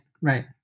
Right